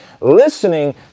listening